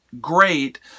great